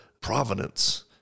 providence